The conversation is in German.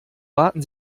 warten